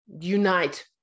unite